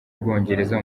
bwongereza